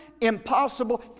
impossible